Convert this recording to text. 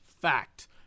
Fact